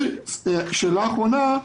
ושאלה אחרונה: